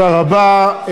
תודה רבה.